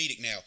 now